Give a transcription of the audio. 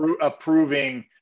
approving